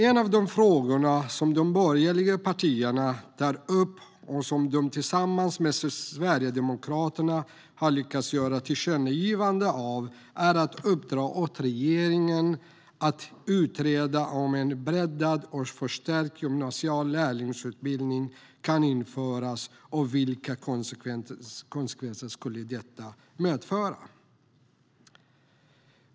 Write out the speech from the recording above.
En av de frågor som de borgerliga partierna tar upp och som de tillsammans med Sverigedemokraterna har lyckats göra tillkännagivande av är att uppdra åt regeringen att utreda om en breddad och förstärkt gymnasial lärlingsutbildning kan införas och vilka konsekvenser det skulle medföra.